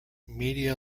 media